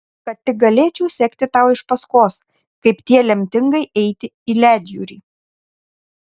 kad tik galėčiau sekti tau iš paskos kaip tie lemingai eiti į ledjūrį